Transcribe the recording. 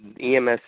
EMS